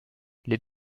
les